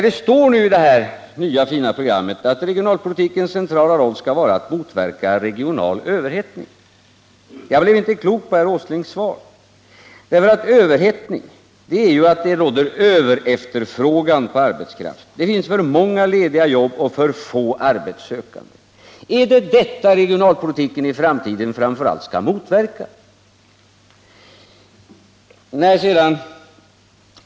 Det står ju i det här fina nya programmet att regionalpolitikens centrala roll skall vara att motverka regional överhettning, men jag blev inte klok på herr Åslings svar. Överhettning betyder ju att det råder överefterfrågan på arbetskraft, dvs. att det finns för många lediga jobb och för få arbetssökande. Är det framför allt detta som regionalpolitiken i framtiden skall motverka?